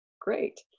great